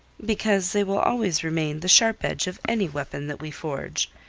because they will always remain the sharp edge of any weapon that we forge.